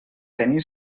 tenir